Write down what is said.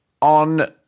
on